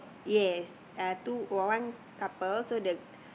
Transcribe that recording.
yes uh two got one couple so the